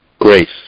Grace